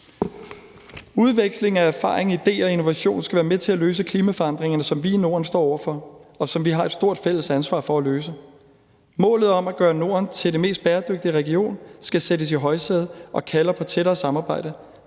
Udveksling af erfaring, idéer og innovation skal være med til at løse klimaforandringerne, som vi i Norden står over for, og som vi har et stort fælles ansvar for at løse. Målet om at gøre Norden til den mest bæredygtige region skal sættes i højsædet og kalder på tættere samarbejde.